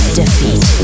defeat